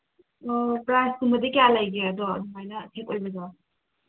ꯑꯣ ꯄ꯭ꯔꯥꯏꯁꯀꯨꯝꯕꯗꯤ ꯀꯌꯥ ꯂꯩꯒꯦ ꯑꯗꯣ ꯑꯗꯨꯃꯥꯏꯅ ꯁꯦꯠ ꯑꯣꯏꯕꯗꯣ